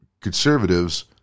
conservatives